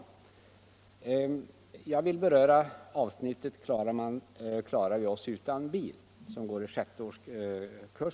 20 mars 1975 Jag vill beröra avsnittet Klarar vi oss utan bil?, som går i årskurs6.